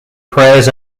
prayers